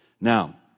Now